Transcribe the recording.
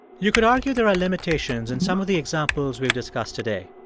you could argue there are limitations in some of the examples we've discussed today.